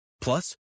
Plus